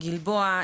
מרחב גלבוע,